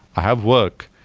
i have work,